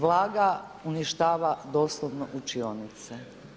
Vlaga uništava doslovno učionice.